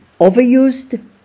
Overused